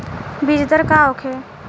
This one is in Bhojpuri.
बीजदर का होखे?